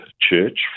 church